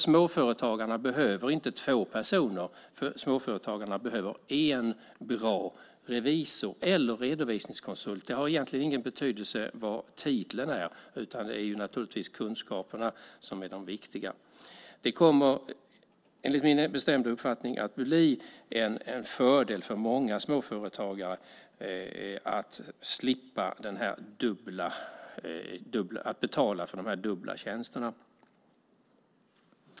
Småföretagarna behöver inte två personer. Småföretagarna behöver en bra revisor eller redovisningskonsult. Det har egentligen ingen betydelse vilken titeln är, utan det är naturligtvis kunskaperna som är det viktiga. Det kommer enligt min bestämda uppfattning att bli en fördel för många småföretagare att slippa betala för de dubbla tjänsterna.